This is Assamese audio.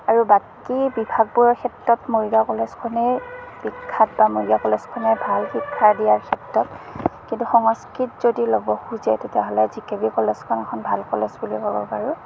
আৰু বাকী বিভাগবোৰৰ ক্ষেত্ৰত মৰিগাঁও কলেজখনেই বিখ্যাত বা মৰিগাঁও কলেজখনেই ভাল শিক্ষা দিয়াৰ ক্ষেত্ৰত কিন্তু সংস্কৃত যদি ল'ব খুজে তেতিয়াহ'লে জি কে বি কলেজখন এখন ভাল কলেজ বুলি ক'ব পাৰোঁ